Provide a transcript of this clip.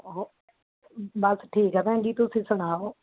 ਹੋ ਬਸ ਠੀਕ ਹੈ ਭੈਣ ਜੀ ਤੁਸੀਂ ਸੁਣਾਓ